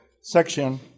section